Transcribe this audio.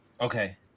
okay